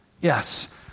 Yes